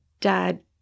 Dad